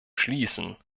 schließen